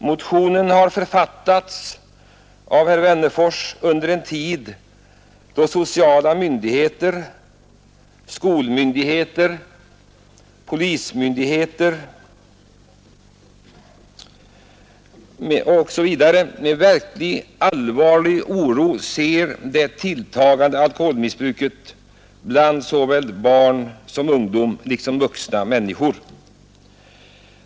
Motionen har författats av herr Wennerfors under en tid då sociala myndigheter, skolmyndigheter, polismyndigheter etc. med verkligt allvarlig oro ser det tilltagande alkoholmissbruket såväl bland barn och ungdom som bland vuxna människor.